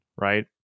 Right